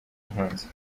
mpunzi